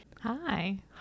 hi